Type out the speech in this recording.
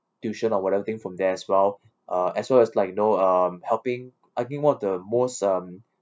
tuition or whatever thing from there as well uh as well as like you know um helping I think one of the most um